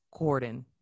Corden